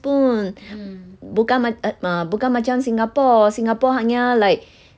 pun bukan ma~ eh err bukan macam singapore singapore hanya like